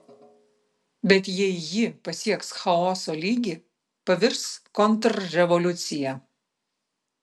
bet jei ji pasieks chaoso lygį pavirs kontrrevoliucija